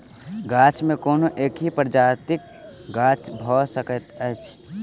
गाछी मे कोनो एकहि प्रजातिक गाछ भ सकैत अछि